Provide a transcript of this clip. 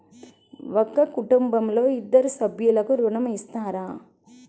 ఒక కుటుంబంలో ఇద్దరు సభ్యులకు ఋణం ఇస్తారా?